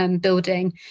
building